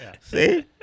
See